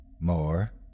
More